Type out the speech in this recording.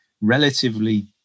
relatively